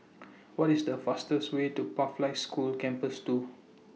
What IS The fastest Way to Pathlight School Campus two